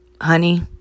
honey